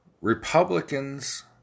Republicans